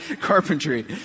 carpentry